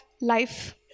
life